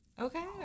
Okay